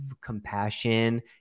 compassion